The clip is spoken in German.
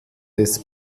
des